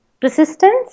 persistence